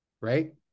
Right